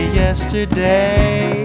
yesterday